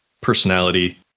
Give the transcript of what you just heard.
Personality